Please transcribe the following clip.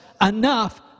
enough